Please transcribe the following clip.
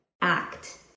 act